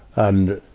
and,